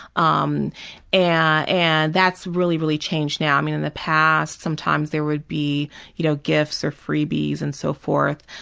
um and that's really really changed now. i mean, in the past, sometimes there would be you know gifts or freebies and so forth.